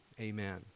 amen